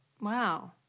Wow